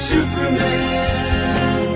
Superman